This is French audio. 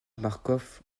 marcof